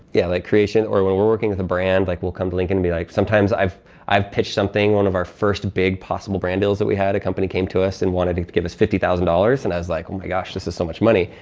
yeah, like creation. or when we're working with a brand, like we'll come to lincoln and be like. sometimes i've i've pitched something. one of our first big possible brand deals that we had, a company came to us and wanted to give us fifty thousand dollars and i was like, oh my gosh, this is so much money.